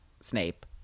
Snape